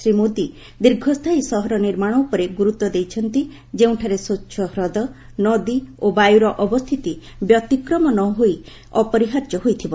ଶ୍ରୀ ମୋଦି ଦୀର୍ଘସ୍ଥାୟୀ ସହର ନିର୍ମାଣ ଉପରେ ଗୁରୁତ୍ୱ ଦେଇଛନ୍ତି ଯେଉଁଠାରେ ସ୍ୱଚ୍ଛ ହ୍ରଦ ନଦୀ ଓ ବାୟୁର ଅବସ୍ଥିତି ବ୍ୟତିକ୍ରମ ନହୋଇ ଅପରିହାର୍ଯ୍ୟ ହୋଇଥିବ